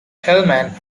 hellman